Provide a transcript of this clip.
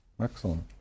Excellent